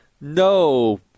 no